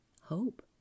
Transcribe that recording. hope